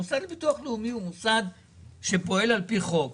הרי המוסד לביטוח לאומי הוא מוסד שפועל על פי חוק,